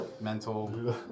Mental